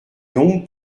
donc